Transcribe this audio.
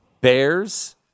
Bears